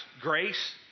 grace